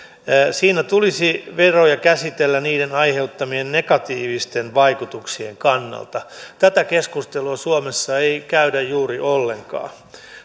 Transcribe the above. siinä tulisi veroja käsitellä niiden aiheuttamien negatiivisten vaikutuksien kannalta tätä keskustelua suomessa ei käydä juuri ollenkaan